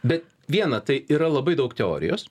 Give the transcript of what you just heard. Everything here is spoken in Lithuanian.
bet viena tai yra labai daug teorijos